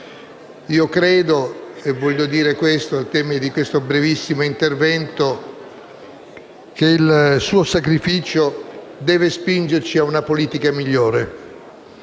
Credo - e voglio dirlo al termine di questo brevissimo intervento - che il suo sacrificio debba spingerci ad una politica migliore